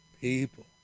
People